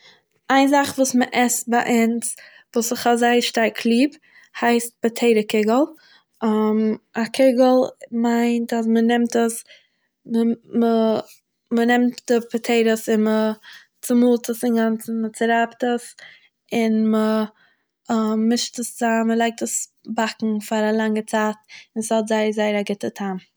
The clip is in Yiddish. איין זאך וואס מ'עסט ביי אונז וואס איך האב זייער שטארק ליב הייסט פאטעיטא קיגל א קיגל מיינט אז מ'נעמט עס, מ'.. מ'נענמט די פאטעיטאס און מ'צעמאלט עס אינגאנצן מ'צורייבט עס און מ'..- מישט עס צאם מ'לייגט עס באקן פאר א לאנגע צייט און ס'האט זייער זייער א גוטע טעם.